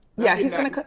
yeah, he's gonna,